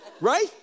right